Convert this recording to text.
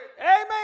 Amen